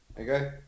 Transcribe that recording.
okay